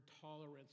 tolerance